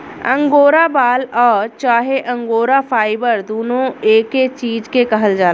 angora बाल आ चाहे अंगोरा फाइबर दुनो एके चीज के कहल जाला